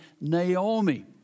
Naomi